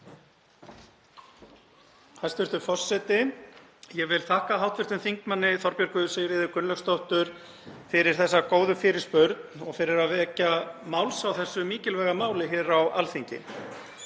Hæstv. forseti. Ég vil þakka hv. þm. Þorbjörgu Sigríði Gunnlaugsdóttur fyrir þessa góðu fyrirspurn og fyrir að vekja máls á þessu mikilvæga máli hér á Alþingi.